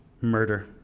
Murder